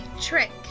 trick